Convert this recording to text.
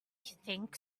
think